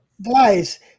guys